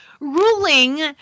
ruling